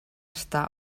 està